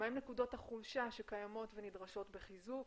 מהן נקודות החולשה שקיימות ונדרשות בחיזוק